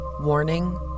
Warning